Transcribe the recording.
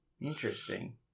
Interesting